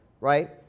right